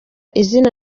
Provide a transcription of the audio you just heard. izina